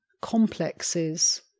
complexes